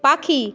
পাখি